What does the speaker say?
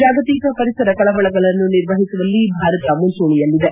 ಜಾಗತಿಕ ಪರಿಸರ ಕಳವಳಗಳನ್ನು ನಿರ್ವಹಿಸುವಲ್ಲಿ ಭಾರತ ಮುಂಚೂಣಿಯಲ್ಲಿದೆ